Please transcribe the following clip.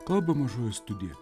kalba mažoji studija